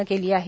नं केली आहे